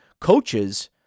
coaches